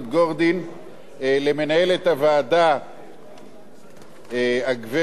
למנהלת הוועדה הגברת דורית ואג,